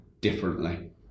differently